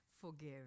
forgive